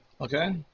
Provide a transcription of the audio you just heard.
Okay